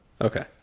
Okay